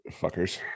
fuckers